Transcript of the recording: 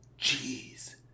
Jeez